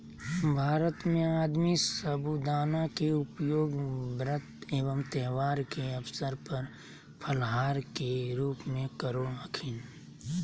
भारत में आदमी साबूदाना के उपयोग व्रत एवं त्यौहार के अवसर पर फलाहार के रूप में करो हखिन